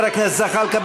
חבר הכנסת זחאלקה,